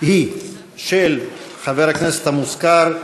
היא של חבר הכנסת המוזכר,